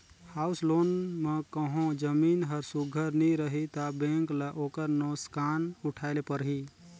house loan म कहों जमीन हर सुग्घर नी रही ता बेंक ल ओकर नोसकान उठाए ले परही